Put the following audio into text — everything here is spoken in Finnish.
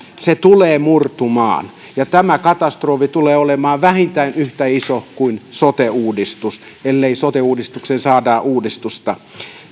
se tulee murtumaan ja tämä katastrofi tulee olemaan vähintään yhtä iso kuin sote uudistus ellei sote uudistukseen saada uudistusta